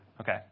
Okay